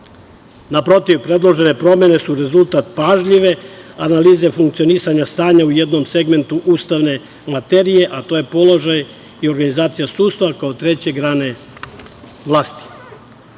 Naprotiv, predložene promene su rezultat pažljive analize funkcionisanja stanja u jednom segmentu ustavne materije, a to je položaj i organizacija sudstva kao treće grane